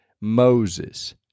Moses